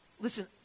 listen